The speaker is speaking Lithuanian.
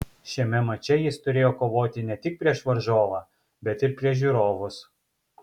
šiame mače jis turėjo kovoti ne tik prieš varžovą bet ir prieš žiūrovus